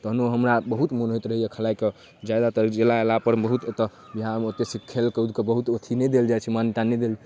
तहनो हमरा बहुत मोन होइत रहैए खेलाइके जादातर गेला अएलापर बहुत बिहारमे एतऽ ओतेक खेलकूदके बहुत अथी नहि देल जाइ छै मान्यता नहि देल जाइ छै